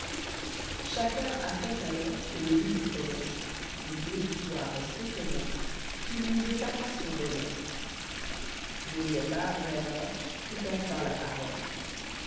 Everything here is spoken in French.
chacun attend alors que le juge prononce et l'auditoire s'étonnoit qu'il n'y jetât pas son bonnet le léopard rêveur prit enfin la parole